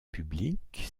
publique